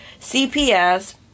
CPS